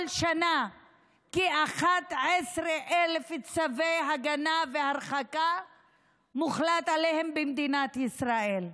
כל שנה מוחלט על כ-11,000 צווי הגנה והרחקה במדינת ישראל,